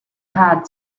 had